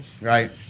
right